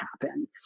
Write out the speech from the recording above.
happen